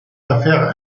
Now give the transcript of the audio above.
l’affaire